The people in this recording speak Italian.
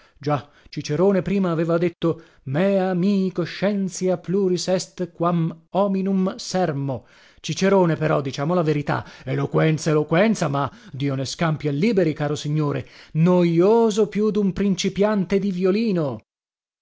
già cicerone prima aveva detto mea mihi conscientia pluris est quam hominum sermo cicerone però diciamo la verità eloquenza eloquenza ma dio ne scampi e liberi caro signore nojoso più dun principiante di violino